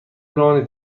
بمانید